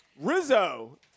Rizzo